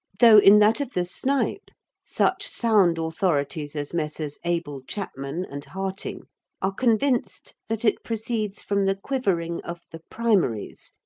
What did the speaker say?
though in that of the snipe such sound authorities as messrs. abel chapman and harting are convinced that it proceeds from the quivering of the primaries,